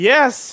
Yes